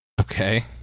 Okay